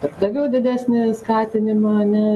darbdavių didesnį skatinimą ane